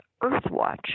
Earthwatch